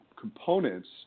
components